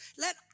Let